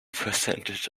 percentage